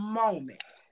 moment